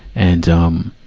and, um,